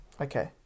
Okay